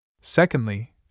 Secondly